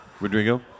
Rodrigo